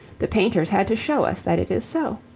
the painters had to show us that it is so.